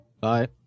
Bye